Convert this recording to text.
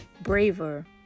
braver